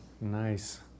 nice